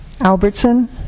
Albertson